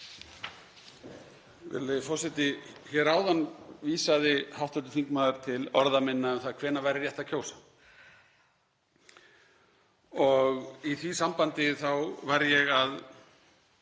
Hér áðan vísaði hv. þingmaður til orða minna um það hvenær væri rétt að kjósa. Í því sambandi var ég að